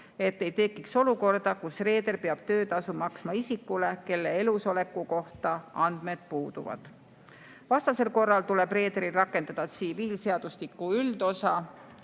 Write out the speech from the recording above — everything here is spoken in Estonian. et ei tekiks olukorda, kus reeder peab töötasu maksma isikule, kelle elusoleku kohta andmed puuduvad. Vastasel korral tuleb reederil rakendada tsiviilseadustiku üldosa